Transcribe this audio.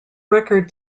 record